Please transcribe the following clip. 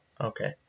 okay